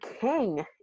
king